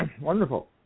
Wonderful